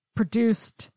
produced